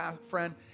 friend